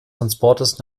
transportes